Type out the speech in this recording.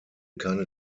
keine